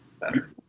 better